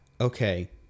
okay